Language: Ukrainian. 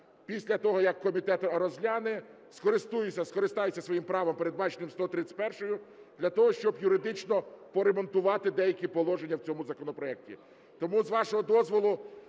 після того, як комітет розгляне, скористаюся своїм правом, передбаченим 131-ю, для того, щоб юридично поремонтувати деякі положення в цьому законопроекті. Тому, з вашого дозволу,